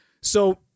So-